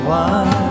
one